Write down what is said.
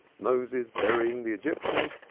moses burying the egyptian,